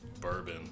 bourbon